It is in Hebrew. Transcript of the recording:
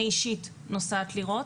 אני אישית נוסעת לראות.